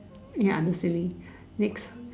ya under silly next